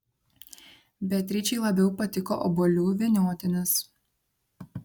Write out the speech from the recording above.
beatričei labiau patiko obuolių vyniotinis